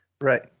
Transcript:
Right